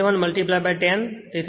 017 10 થશે